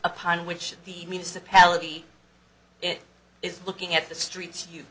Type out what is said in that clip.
upon which the municipality it is looking at the streets